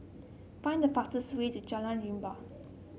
find the fastest way to Jalan Rimau